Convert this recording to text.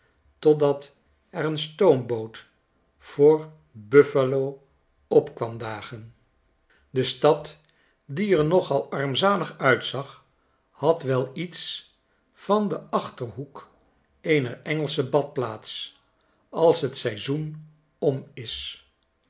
totdat er een stoomboot voor buffalo op kwam dagen de stad die er nogal armzalig uitzag had wel iets van den achterhoek eener engelsche badplaats als j t seizoen om is